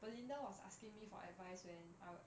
belinda was asking me for advice when I